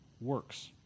works